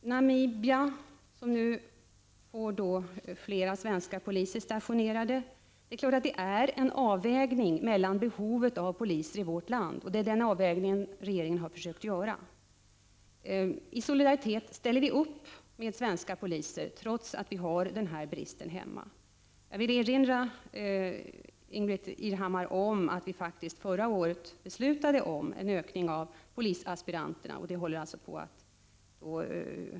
I Namibia skall flera svenska poliser stationeras. Det är klart ati det utgör en avvägning mot behovet av poliser i vårt land. Den avvägningen har regeringen försökt att göra. I solidaritet ställer vi upp med svenska poliser, trots att vi har denna brist här hemma. Jag vill erinra Ingbritt Irhammar om att regeringen faktiskt förra året beslutade om en ökning av antalet polisaspiranter.